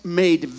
made